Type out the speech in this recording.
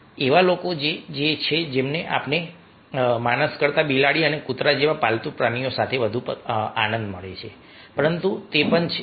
એવા લોકો છે કે જેઓ માણસ કરતાં બિલાડી અને કૂતરા જેવા પાલતુ પ્રાણીઓ સાથે વધુ આનંદ માણે છે પરંતુ તે પણ સંબંધ છે